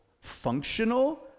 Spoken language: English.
functional